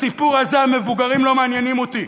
בסיפור הזה המבוגרים לא מעניינים אותי.